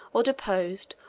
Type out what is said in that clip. or deposed,